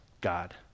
God